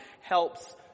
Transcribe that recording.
helps